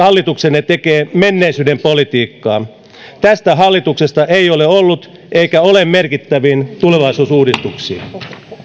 hallituksenne tekee menneisyyden politiikkaa tästä hallituksesta ei ole ollut eikä ole merkittäviin tulevaisuusuudistuksiin